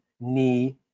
knee